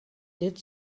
did